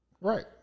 Right